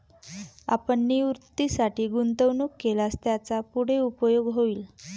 आपण निवृत्तीसाठी गुंतवणूक केल्यास त्याचा पुढे उपयोग होईल